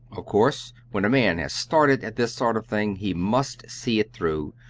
of course, when a man has started at this sort of thing he must see it through,